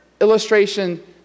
illustration